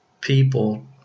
people